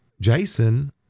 Jason